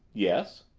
yes.